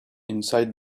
inside